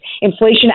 Inflation